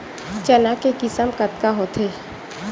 चना के किसम कतका होथे?